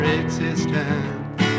existence